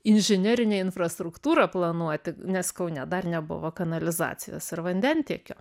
inžinerinę infrastruktūrą planuoti nes kaune dar nebuvo kanalizacijos ir vandentiekio